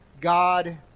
God